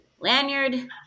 lanyard